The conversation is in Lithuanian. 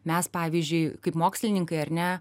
mes pavyzdžiui kaip mokslininkai ar ne